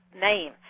name